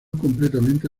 completamente